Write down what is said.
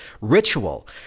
Ritual